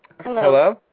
Hello